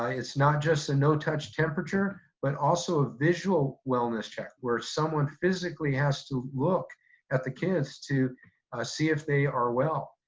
it's not just the no-touch temperature, but also a visual wellness check where someone physically has to look at the kids to see if they are well.